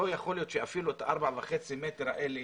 לא יכול להיות שעל 4.5 מטר האלה